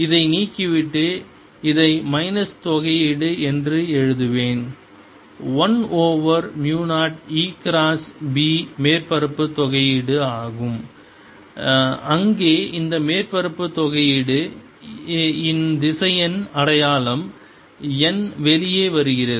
இதை நீக்கிவிட்டு இதை மைனஸ் தொகையீடு என்று எழுதுவேன் 1 ஓவர் மு 0 E கிராஸ் B மேற்பரப்பு தொகையீடு ஆகும் அங்கே இந்த மேற்பரப்பு தொகையீடு இன் திசையன் அடையாளம் n வெளியே வருகிறது